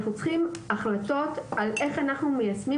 אנחנו צריכים החלטות לגבי איך אנחנו מיישמים